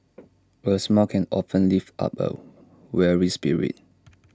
A smile can often lift up A weary spirit